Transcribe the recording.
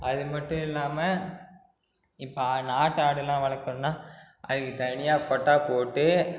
அது மட்டும் இல்லாமல் இப்போ ஆ நாட்டு ஆடுலாம் வளர்க்கணுன்னா அதுக்கு தனியாக கொட்டா போட்டு